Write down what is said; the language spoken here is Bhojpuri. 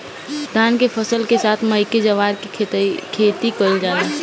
धान के फसल के साथे मकई, जवार के खेती कईल जाला